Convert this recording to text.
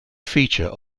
feature